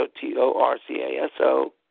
T-O-R-C-A-S-O